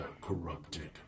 corrupted